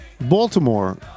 Baltimore